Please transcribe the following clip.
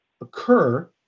occur